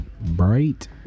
bright